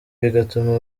bigatuma